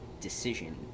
decision